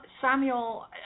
Samuel